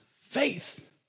faith